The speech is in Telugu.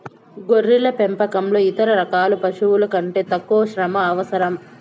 గొర్రెల పెంపకంలో ఇతర రకాల పశువుల కంటే తక్కువ శ్రమ అవసరం